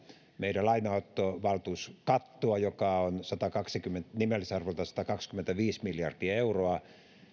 meidän lainanottovaltuuskattoa joka on nimellisarvoltaan satakaksikymmentäviisi miljardia euroa